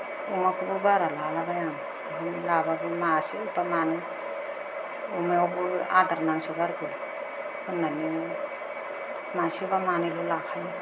अमाखौबो बारा लालाबाया आं ओंखायनो लाबाबो मासे बा मानै अमायावबो आदार नांसो गारगौ होन्नानै मासे बा मानैल' लाखायो